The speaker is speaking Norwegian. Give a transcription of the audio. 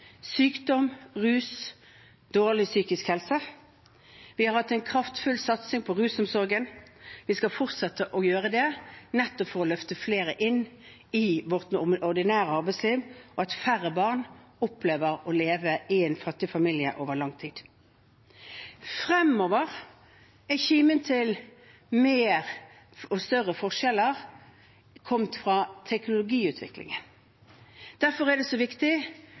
sykdom, rus, dårlig psykisk helse. Vi har hatt en kraftfull satsing på rusomsorgen. Vi skal fortsette å ha det, nettopp for å løfte flere inn i vårt ordinære arbeidsliv, og at færre barn opplever å leve i en fattig familie over lang tid. Fremover er kimen til mer og større forskjeller kommet fra teknologiutviklingen. Derfor er det så viktig